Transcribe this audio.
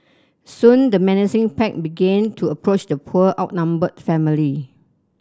soon the menacing pack begin to approach the poor outnumbered family